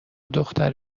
دختر